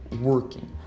working